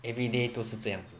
everyday 都是这样子